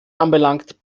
anbelangt